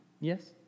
Yes